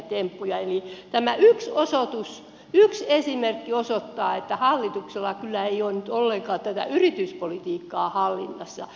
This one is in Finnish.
eli tämä yksi esimerkki osoittaa että hallituksella ei kyllä ole nyt ollenkaan tämä yrityspolitiikka hallinnassa